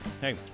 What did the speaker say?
hey